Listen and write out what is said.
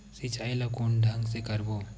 सिंचाई ल कोन ढंग से करबो?